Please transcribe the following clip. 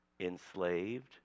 enslaved